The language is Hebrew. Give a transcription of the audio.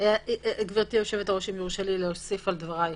גברתי היושבת-ראש, אם יורשה לי להוסיף על דברייך,